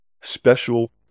special